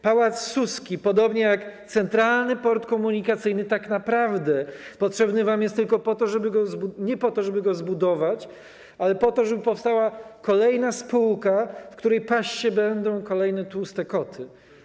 Pałac Suski, podobnie jak Centralny Port Komunikacyjny, tak naprawdę potrzebny wam jest nie po to, żeby go zbudować, ale po to, żeby powstała kolejna spółka, w której paść się będą kolejne tłuste koty.